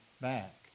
back